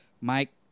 Mike